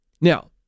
Now